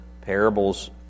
parables